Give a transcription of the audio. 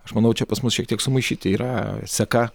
aš manau čia pas mus šiek tiek sumaišyti yra seka